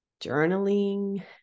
journaling